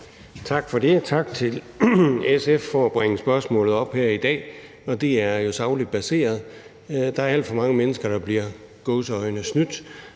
Tak for det, og tak til SF for at bringe spørgsmålet op her i dag. Det er jo et sagligt baseret forslag. Der er alt for mange mennesker, der – i gåseøjne –